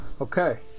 okay